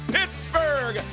Pittsburgh